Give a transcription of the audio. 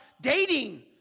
dating